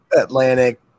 Atlantic